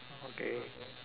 okay